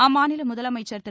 அம்மாநில முதலமைச்சர் திரு